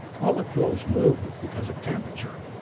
molecules move because of temperature,